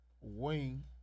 wing